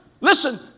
Listen